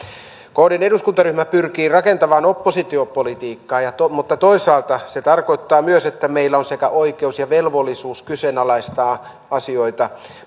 kdn eduskuntaryhmä pyrkii rakentavaan oppositiopolitiikkaan mutta toisaalta se tarkoittaa myös että meillä on sekä oikeus että velvollisuus kyseenalaistaa asioita